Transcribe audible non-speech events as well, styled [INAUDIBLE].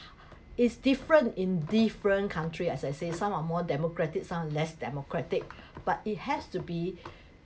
it's different in different country as I say some are more democratic some are less democratic [BREATH] but it has to be [BREATH]